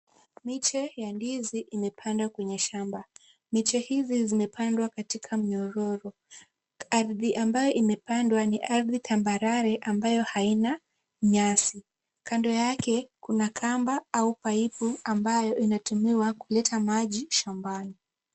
Miche ya ndizi, imepandwa kwenye shamba. Miche hizi zimepandwa katika mnyororo. Ardhi ambayo imepandwa, ni ardhi tambarare ambayo haina nyasi. Kando yake, kuna kamba au paipu ambayo inatumiwa kuleta maji shambani.